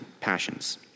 passions